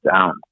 down